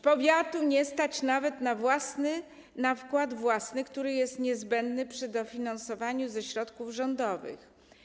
Powiatu nie stać nawet na wkład własny, który jest niezbędny przy dofinansowaniu ze środków rządowych.